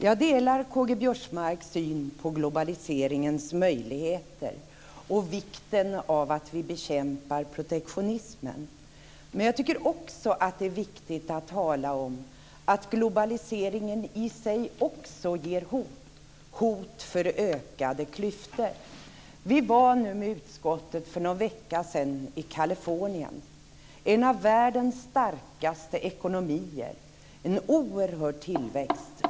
Jag delar Göran Lennmarkers syn på globaliseringens möjligheter och vikten av att vi bekämpar protektionismen. Men jag tycker också att det är viktigt att tala om att globaliseringen i sig leder till hot; hot för ökade klyftor. Vi var med utskottet för någon vecka sedan i Kalifornien. Det är en av världens starkaste ekonomier med en oerhörd tillväxt.